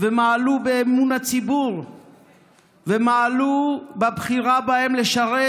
ומעלו באמון הציבור ומעלו בבחירה בהם לשרת,